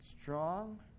strong